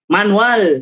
Manual